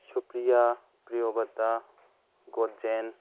ꯁꯨꯄ꯭ꯔꯤꯌꯥ ꯄ꯭ꯔꯤꯌꯣꯕꯇ ꯒꯣꯖꯦꯟ